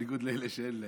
בניגוד לאלה שאין להם.